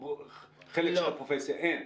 אין.